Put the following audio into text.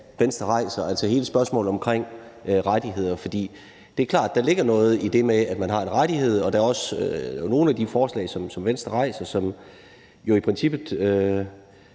Venstre rejser, altså hele spørgsmålet om rettigheder, for det er klart, at der ligger noget i det med, at man har en rettighed, og der er også nogle af de forslag, som Venstre har med, som jeg er enig